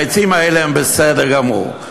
העצים האלה הם בסדר גמור.